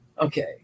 okay